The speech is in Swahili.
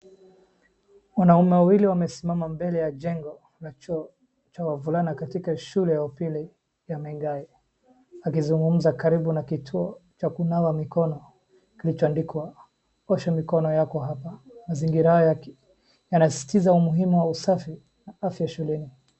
Wanaume wawili wamesimama mbele ya jengo la choo cha wavulana katika shule ya upili ya Menengai, wakizungumza karibu na kituo cha kunawa mikono kilichoandikwa, osha mikono yako hapa, mazingira yanasisitiza umuhimu wa usafi na afya shuleni.